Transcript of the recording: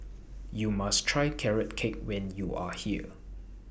YOU must Try Carrot Cake when YOU Are here